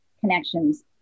connections